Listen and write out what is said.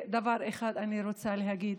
דבר אחד אני רוצה להגיד: